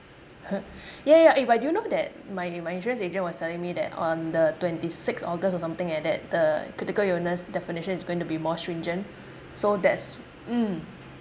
yeah yeah eh but do you know that my my insurance agent was telling me that on the twenty sixth august or something like that the critical illness definition is going to be more stringent so that's mm